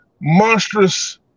monstrous